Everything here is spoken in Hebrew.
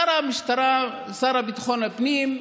שר המשטרה, השר לביטחון הפנים,